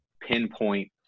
pinpoint